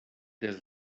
des